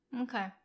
Okay